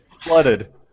flooded